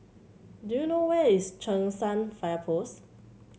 do you know where is Cheng San Fire Post